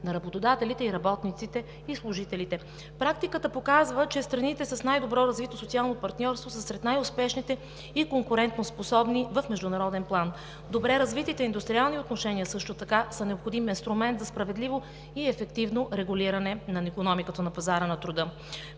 на работодателите и работниците и служителите. Практиката показва, че страните с най-добро развито социално партньорство са сред най-успешните и конкурентоспособни в международен план. Добре развитите индустриални отношения също така са необходим инструмент за справедливо и ефективно регулиране на икономиката, на пазара на труда.